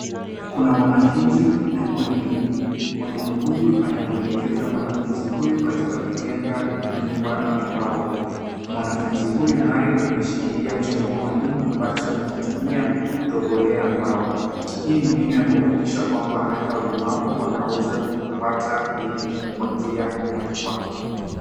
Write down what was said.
Kuna mwanafunzi na mwalimu, mwalimu huyu anamwelekeza mwanafunzi huyu katika kujenga nyumba ya mbao mwanafunzi huyu naye ameshikilia chombo maalum ambacho anakitumia kutobolea mbao. Hii ni mbinu ya kuhakikisha kwamba hata walemavu wanaweza kupata elimu kwa njia inayofaa.